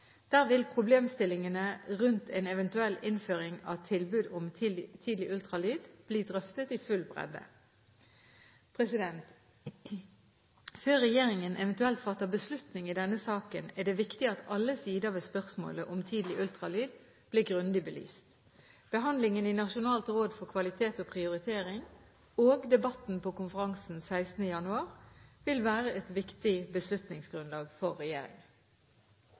Der vil problemstillingene rundt en eventuell innføring av tilbud om tidlig ultralyd bli drøftet i full bredde. Før regjeringen eventuelt fatter beslutning i denne saken, er det viktig at alle sider ved spørsmålet om tidlig ultralyd blir grundig belyst. Behandlingen i Nasjonalt råd for kvalitet og prioritering og debatten på konferansen 16. januar vil være et viktig beslutningsgrunnlag for regjeringen.